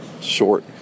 short